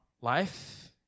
life